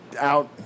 out